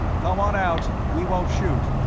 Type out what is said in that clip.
come on out we won't shoot.